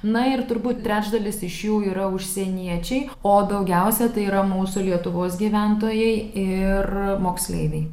na ir turbūt trečdalis iš jų yra užsieniečiai o daugiausiai tai yra mūsų lietuvos gyventojai ir moksleiviai